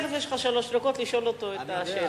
תיכף יש לך שלוש דקות כדי לשאול אותו את השאלה.